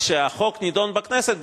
כשהחוק נדון בכנסת,